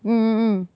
mm mm mm